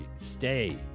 Stay